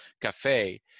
cafe